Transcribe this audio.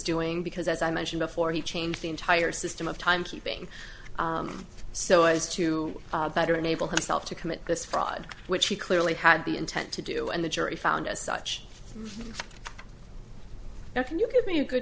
doing because as i mentioned before he changed the entire system of timekeeping so as to better enable himself to commit this fraud which he clearly had the intent to do and the jury found as such now can you give me a good